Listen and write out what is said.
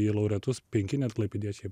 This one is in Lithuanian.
į laureatus penki net klaipėdiečiai